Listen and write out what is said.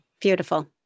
Beautiful